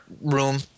room